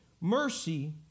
mercy